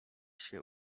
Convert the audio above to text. się